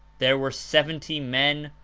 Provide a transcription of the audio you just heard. there were seventy men,